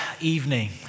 evening